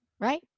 Right